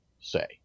say